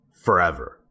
Forever